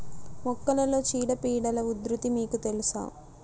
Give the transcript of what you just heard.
మొక్కలలో చీడపీడల ఉధృతి మీకు తెలుసా?